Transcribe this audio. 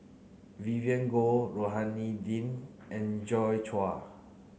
Vivien Goh Rohani Din and Joi Chua